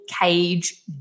cage